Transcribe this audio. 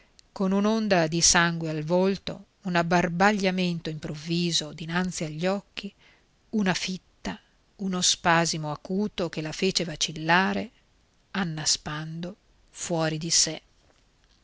con un'onda di sangue al volto un abbarbagliamento improvviso dinanzi agli occhi una fitta uno spasimo acuto che la fece vacillare annaspando fuori di sé